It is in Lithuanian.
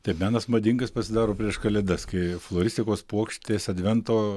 taip menas madingas pasidaro prieš kalėdas kai floristikos puokštės advento